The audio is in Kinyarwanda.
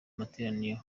materaniro